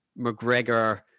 McGregor